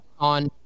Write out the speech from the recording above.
on